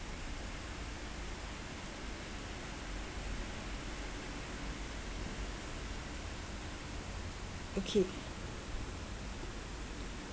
okay